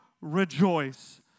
rejoice